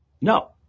No